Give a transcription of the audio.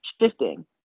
shifting